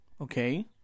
okay